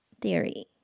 theory